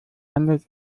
handelt